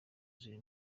ziri